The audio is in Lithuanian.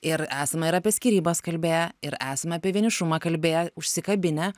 ir esame ir apie skyrybas kalbėję ir esame apie vienišumą kalbėję užsikabinę